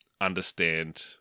understand